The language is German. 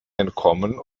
entkommen